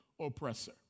oppressor